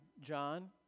John